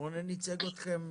רונן ייצג אתכם נאמנה,